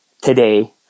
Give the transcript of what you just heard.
today